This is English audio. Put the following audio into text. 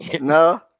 No